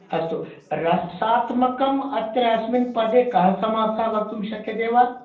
अस्तु रसात्मकम् अत्र अस्मिन् पदे कः समासः वक्तुं शक्यते वा